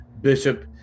Bishop